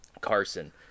carson